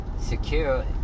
secure